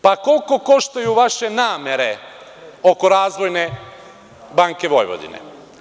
Pa, koliko koštaju vaše namere oko „Razvojne banke Vojvodine“